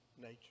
Nature